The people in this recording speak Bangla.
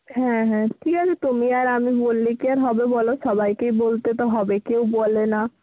হ্যাঁ হ্যাঁ ঠিক আছে তুমি আর আমি বললে কি আর হবে বলো সবাইকেই বলতে তো হবেই কেউ বলে না